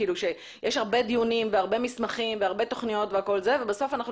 שיש הרבה דיונים והרבה מסמכים והרבה תוכניות ובסוף אנחנו